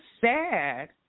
sad